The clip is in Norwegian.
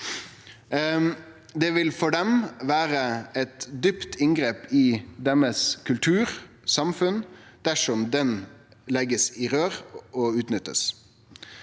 Det vil for dei vere eit djupt inngrep i deira kultur og samfunn dersom den blir lagd i røyr og utnytta.